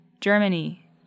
Germany